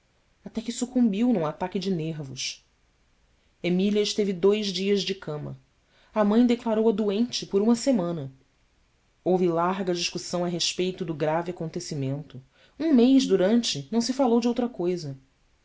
até que sucumbiu num ataque de nervos emília esteve dois dias de cama a mãe declarou-a doente por uma semana houve larga discussão a respeito do grave acontecimento um mês durante não se falou de outra coisa